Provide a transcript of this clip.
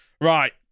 right